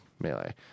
melee